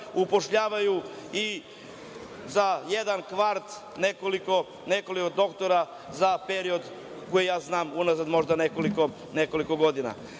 upošljavaju i za jedan kvart nekoliko doktora za period koji, ja znam unazad možda nekoliko godina.